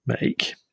make